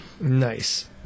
Nice